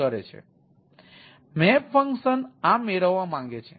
તેથી map function આ મેળવવા માંગે છે